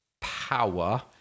power